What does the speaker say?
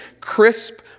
crisp